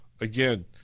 again